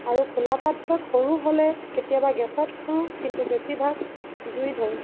আৰু খোলা পাত্ৰত সৰু হ'লে কেতিয়াবা গেছত কৰোঁ কিন্তু বেছিভাগ জুই ধৰোঁ